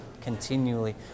continually